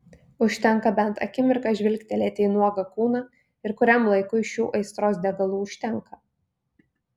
užtenka bent akimirką žvilgtelėti į nuogą kūną ir kuriam laikui šių aistros degalų užtenka